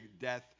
death